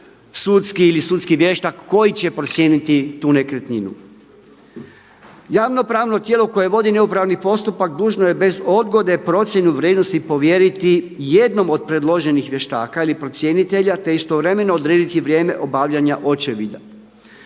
sudski ili sudski vještak koji će procijeniti tu nekretninu. Javno pravno tijelo koje vodi neupravni postupak dužno je bez odgode procjenu vrijednosti povjeriti jednom od predloženih vještaka ili procjenitelja, te istovremeno odrediti vrijeme obavljanja očevida.